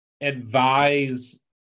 advise